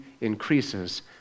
increases